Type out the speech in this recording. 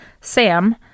sam